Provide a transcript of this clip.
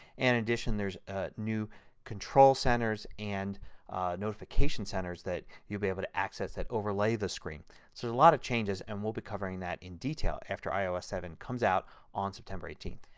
and addition there is ah new control centers and notification centers that you will be able to access that overlay the screen. so a lot of changes and we'll be covering that in detail after ios seven comes out on september eighteenth.